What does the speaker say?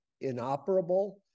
inoperable